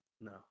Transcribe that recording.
No